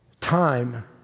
time